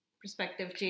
perspective